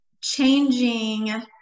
changing